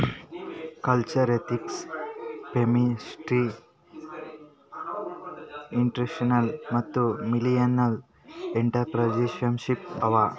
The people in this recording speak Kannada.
ಕಲ್ಚರಲ್, ಎಥ್ನಿಕ್, ಫೆಮಿನಿಸ್ಟ್, ಇನ್ಸ್ಟಿಟ್ಯೂಷನಲ್ ಮತ್ತ ಮಿಲ್ಲಿನಿಯಲ್ ಎಂಟ್ರರ್ಪ್ರಿನರ್ಶಿಪ್ ಅವಾ